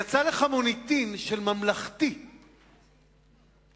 יצא לך מוניטין של ממלכתי בעבר.